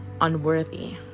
unworthy